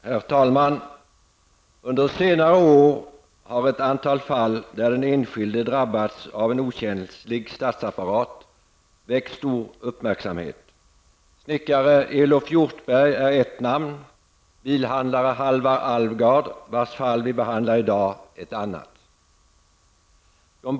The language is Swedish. Herr talman! Under senare år har ett antal fall där den enskilde drabbats av en okänslig statsapparat väckt stor uppmärksamhet. Snickare Elof Hjortberg är ett namn, bilhandlare Halvar Alvgard, vars fall vi behandlar i dag, ett annat.